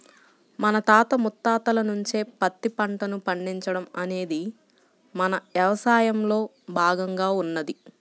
మన తాత ముత్తాతల నుంచే పత్తి పంటను పండించడం అనేది మన యవసాయంలో భాగంగా ఉన్నది